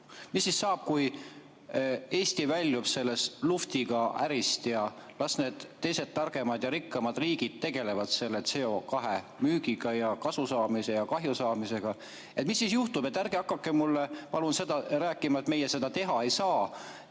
mis siis saab, kui Eesti väljub sellest luhvtiga ärist ja las need teised, targemad ja rikkamad riigid tegelevad selle CO2müügiga ja kasusaamise ja kahjusaamisega. Mis siis juhtub? Ärge hakake mulle palun rääkima, et meie seda teha ei saa